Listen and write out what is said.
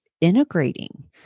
integrating